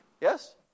Yes